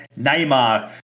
Neymar